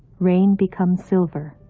rain becomes silver.